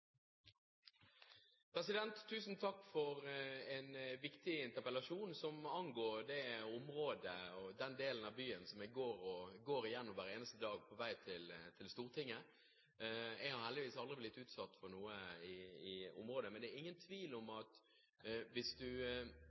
Tusen takk for en viktig interpellasjon som angår det området og den delen av byen som jeg går gjennom hver eneste dag på vei til Stortinget. Jeg har heldigvis aldri blitt utsatt for noe i området. Men det er ingen tvil om at